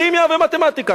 כימיה ומתמטיקה.